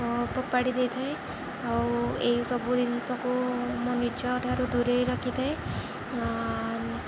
ଫୋପାଡ଼ି ଦେଇଥାଏ ଆଉ ଏଇସବୁ ଜିନିଷକୁ ମୁଁ ନିଜ ଠାରୁ ଦୂରେଇ ରଖିଥାଏ